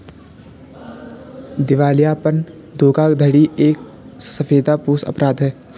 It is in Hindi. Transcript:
दिवालियापन धोखाधड़ी एक सफेदपोश अपराध है